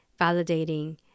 validating